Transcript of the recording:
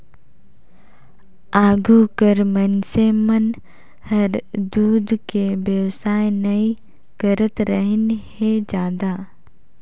आघु कर मइनसे मन हर दूद के बेवसाय नई करतरहिन हें जादा